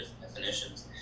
definitions